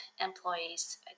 employees